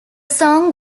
song